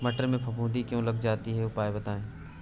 मटर में फफूंदी क्यो लग जाती है उपाय बताएं?